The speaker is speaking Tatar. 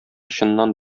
чыннан